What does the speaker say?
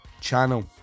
channel